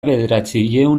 bederatziehun